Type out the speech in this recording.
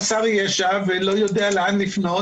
חסר ישע ולא יודע לאן לפנות.